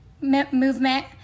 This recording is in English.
movement